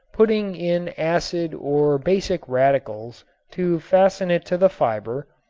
putting in acid or basic radicals to fasten it to the fiber,